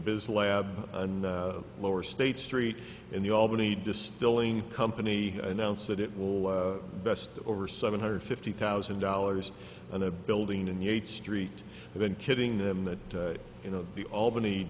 biz lab and lower state street in the albany distilling company announced that it will best over seven hundred fifty thousand dollars on a building in the eighth street and then killing them that you know the albany